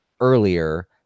earlier